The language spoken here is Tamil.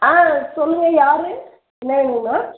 ஆ சொல்லுங்க யார் என்ன வேணுங்கம்மா